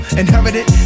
inherited